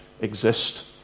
exist